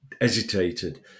hesitated